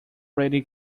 radio